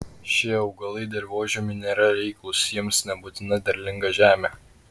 šie augalai dirvožemiui nėra reiklūs jiems nebūtina derlinga žemė